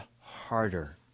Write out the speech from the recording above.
harder